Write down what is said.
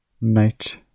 Knight